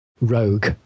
rogue